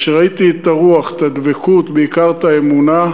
כאשר ראיתי את הרוח, את הדבקות ובעיקר את האמונה,